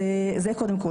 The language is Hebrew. זה קודם כל.